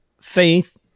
faith